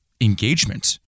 engagement